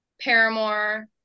Paramore